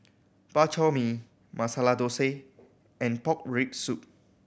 Bak Chor Mee Masala Thosai and pork rib soup